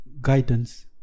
guidance